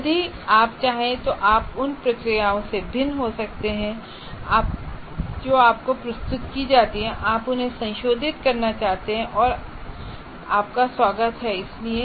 यदि आप चाहें तो आप उन प्रक्रियाओं से भिन्न हो सकते हैं जो आपको प्रस्तुत की जाती हैं और आप उन्हें संशोधित करना चाहते हैं और आपका स्वागत है इसलिए